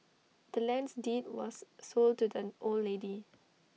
the land's deed was sold to the old lady